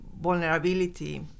vulnerability